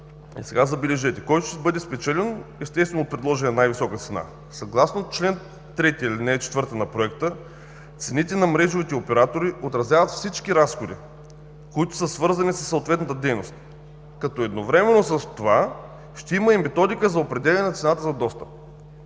сега, забележете – който ще бъде спечелен, естествено от предложилия най-висока цена. Съгласно чл. 3, ал. 4 на Проекта цените на мрежовите оператори отразяват всички разходи, които са свързани със съответната дейност, като едновременно с това ще има и методика за определяне на цената за достъп.